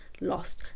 lost